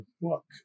book